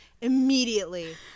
immediately